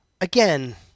again